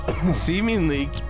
Seemingly